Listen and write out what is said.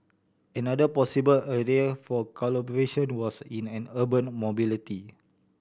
another possible area for collaboration was in an urban mobility